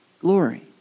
glory